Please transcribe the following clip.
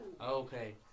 Okay